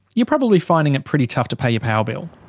you're probably finding it pretty tough to pay your power bill.